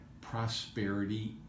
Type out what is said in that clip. prosperity